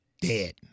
dead